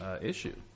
Issue